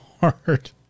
hard